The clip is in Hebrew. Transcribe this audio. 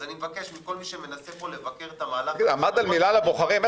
אז אני מבקש מכל מי שמנסה לבקר את המהלך הזה -- הוא עמד במילה לבוחרים?